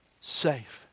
safe